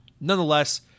nonetheless